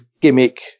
gimmick